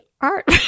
art